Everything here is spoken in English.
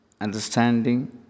understanding